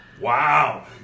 Wow